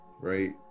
right